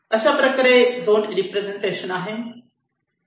अशाप्रकारे zone representation आहे